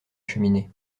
cheminée